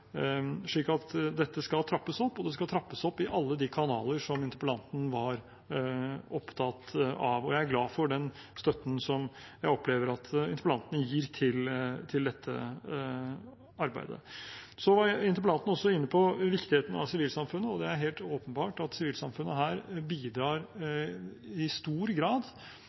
dette skal trappes opp, og det skal trappes opp i alle de kanaler som interpellanten var opptatt av. Jeg er glad for den støtten som jeg opplever at interpellanten gir til dette arbeidet. Så var interpellanten også inne på viktigheten av sivilsamfunnet. Det er helt åpenbart at sivilsamfunnet her bidrar i stor grad